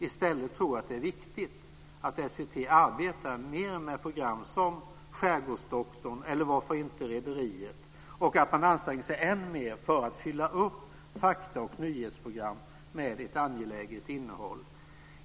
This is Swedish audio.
I stället tror jag att det är viktigt att SVT arbetar mer med program som Skärgårdsdoktorn, eller varför inte Rederiet, och att man anstränger sig än mer för att fylla upp fakta och nyhetsprogram med ett angeläget innehåll.